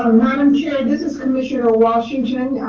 madam chair, this is commissioner washington,